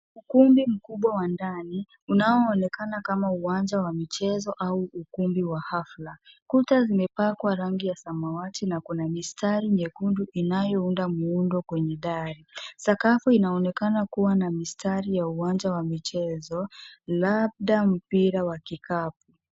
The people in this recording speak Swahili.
Ukumbi mkubwa wa ndani, unaoonekana kama uwanja wa michezo au ukumbi wa hafla. Kuta zimepakwa rangi ya samawati na kuna mistari nyekundu inayounda muundo kwenye dari. Sakafu inaonekana kuwa na mistari ya uwanja wa michezo labda mpira wa kikapu.